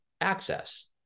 access